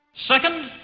second,